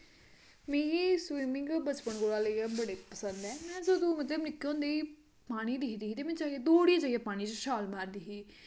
मिगी स्विमिंग बचपन कोला दा लेइयै बड़ी पसंद ऐ में निक्के होंदे गै जिसलै पानी दिखदी ही ते दौड़ियै पानी च छाल मारदी ही